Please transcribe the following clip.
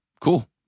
Cool